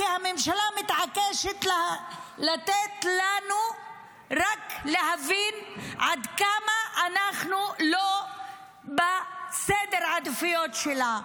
כי הממשלה מתעקשת לתת לנו רק להבין עד כמה אנחנו לא בסדר העדיפויות שלה.